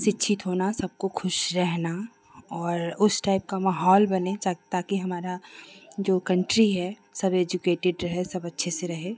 शिक्षित होना सबको खुश रहना और उस टाइप का माहौल बने ता ताकि हमारा जो कंट्री है सब एजुकेटेड रहे सब अच्छे से रहे